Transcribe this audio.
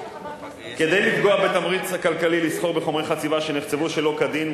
כדי לפגוע בתמריץ הכלכלי לסחור בחומרי חציבה שנחצבו שלא כדין,